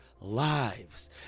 lives